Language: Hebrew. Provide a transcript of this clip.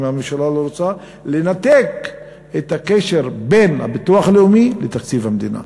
אם הממשלה לא רוצה לנתק את הקשר בין הביטוח הלאומי לתקציב המדינה.